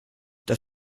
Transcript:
das